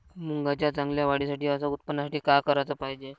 मुंगाच्या चांगल्या वाढीसाठी अस उत्पन्नासाठी का कराच पायजे?